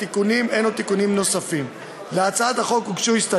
אלה התיקונים, אין תיקונים נוספים.